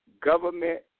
government